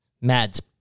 Mads